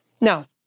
Now